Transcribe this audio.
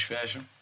Fashion